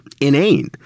inane